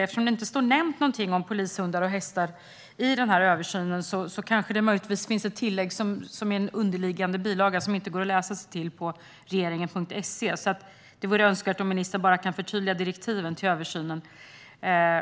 Eftersom det inte står nämnt något om polishundar och polishästar i översynen kanske det finns ett tillägg i en underliggande bilaga som inte går att läsa sig till på regeringen.se. Det vore önskvärt om ministern kunde förtydliga direktiven till översynen.